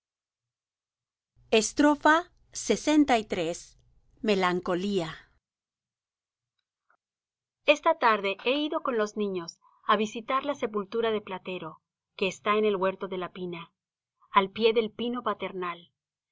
platero lxiii melancolía esta tarde he ido con los niños á visitar la sepultura de platero que está en el huerto de la pina al pie del pino paternal